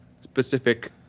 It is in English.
specific